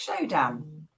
Showdown